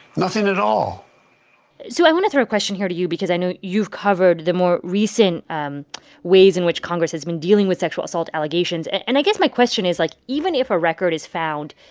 nothing at all so i want to throw a question here to you because i know you've covered the more recent um ways in which congress has been dealing with sexual assault allegations. and i guess my question is, like, even if a record is found,